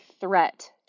threat